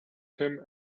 him